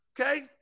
okay